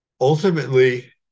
ultimately